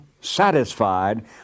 satisfied